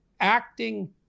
acting